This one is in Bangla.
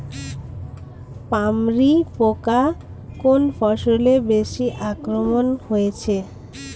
পামরি পোকা কোন ফসলে বেশি আক্রমণ হয়েছে?